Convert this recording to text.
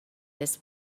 this